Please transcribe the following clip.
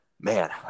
Man